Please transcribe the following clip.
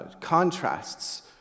contrasts